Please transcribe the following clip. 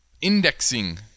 indexing